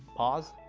paws?